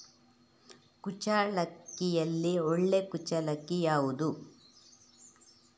ಕುಚ್ಚಲಕ್ಕಿಯಲ್ಲಿ ಒಳ್ಳೆ ಕುಚ್ಚಲಕ್ಕಿ ಯಾವುದು?